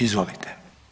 Izvolite.